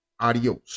adios